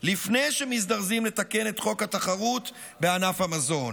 לפני שמזדרזים לתקן את חוק התחרות בענף המזון.